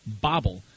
bobble